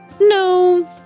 No